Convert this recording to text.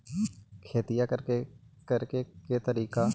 खेतिया करेके के तारिका?